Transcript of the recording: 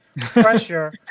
pressure